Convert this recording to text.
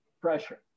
pressure